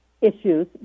issues